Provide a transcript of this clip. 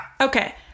okay